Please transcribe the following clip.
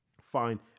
Fine